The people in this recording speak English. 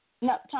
No